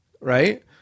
right